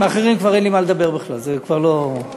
לאחרים כבר אין לי מה לדבר בכלל, זה כבר לא,